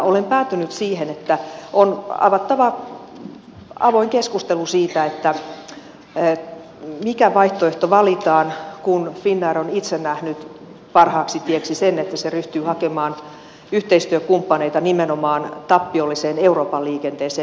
olen päätynyt siihen että on avattava avoin keskustelu siitä mikä vaihtoehto valitaan kun finnair on itse nähnyt parhaaksi tieksi sen että se ryhtyy hakemaan yhteistyökumppaneita nimenomaan tappiolliseen euroopan liikenteeseen